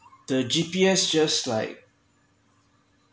the G_P_S just like